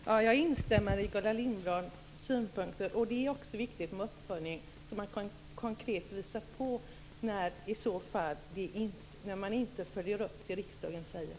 Herr talman! Jag instämmer i Gullan Lindblads synpunkter. Det är också viktigt med uppföljning så att det konkret visas när man inte följer det riksdagen säger.